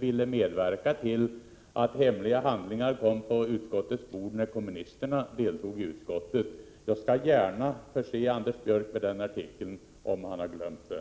ville medverka till att hemliga handlingar kom på utskottets bord när kommunisterna deltog i utskottsarbetet. Jag skall gärna förse Anders Björck med denna artikel, om han har glömt den.